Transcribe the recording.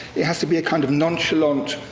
it has to be a kind of nonchalant,